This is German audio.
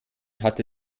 hatte